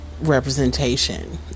representation